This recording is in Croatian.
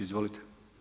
Izvolite.